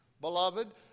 beloved